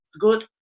good